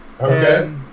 Okay